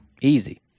Easy